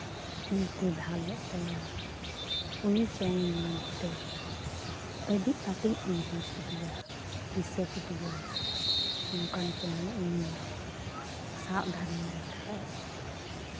ᱤᱞ ᱠᱚᱭ ᱰᱷᱟᱞ ᱮᱜ ᱛᱟᱭᱟ ᱩᱱᱤ ᱪᱮᱬᱮ ᱧᱮᱞᱛᱮ ᱟᱹᱰᱤ ᱟᱸᱴᱤᱧ ᱩᱭᱦᱟᱹᱨ ᱠᱮᱫᱮᱭᱟ ᱫᱤᱥᱟᱹ ᱠᱮᱫᱮᱭᱟᱹᱧ ᱚᱱᱠᱟᱱ ᱪᱮᱬᱮ ᱩᱱᱤ ᱥᱟᱵ ᱫᱟᱲᱮᱭᱟᱭ ᱠᱷᱟᱡ